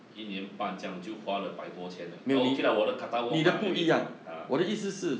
一年半这样就花了百多千 oh okay leh katabomb ah maybe ah